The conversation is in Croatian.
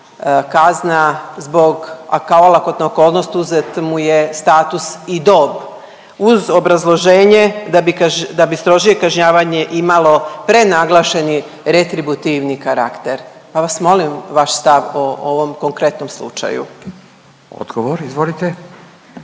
kazna zbog, a kao olakotna okolnost uzet mu je status i dob uz obrazloženje da bi strožije kažnjavanje imalo prenaglašeni retributivni karakter pa vas molim vaš stav o ovom konkretnom slučaju. **Radin, Furio